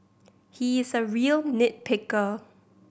he is a real nit picker